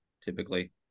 typically